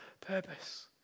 purpose